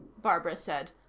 barbara said.